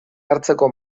hartzeko